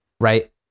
right